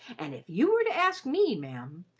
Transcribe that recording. and if you were to ask me, ma'am,